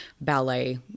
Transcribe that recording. ballet